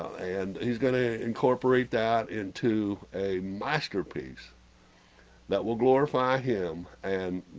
and he's gonna incorporate that into a masterpiece that will glorify him, and